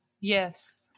Yes